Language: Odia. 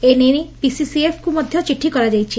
ଏ ନେଇ ପିସିସିଏଫ୍ ଙ୍କୁ ମଧ୍ଧ ଚିଠି କରାଯାଇଛି